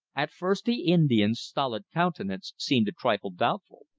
at first the indian's stolid countenance seemed a trifle doubtful.